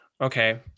Okay